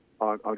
on